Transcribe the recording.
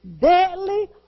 deadly